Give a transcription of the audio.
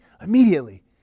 Immediately